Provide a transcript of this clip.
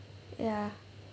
ya